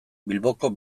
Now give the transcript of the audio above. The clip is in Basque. bilboko